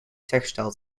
textile